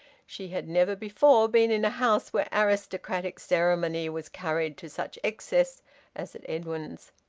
she had never before been in a house where aristocratic ceremony was carried to such excess as at edwin's.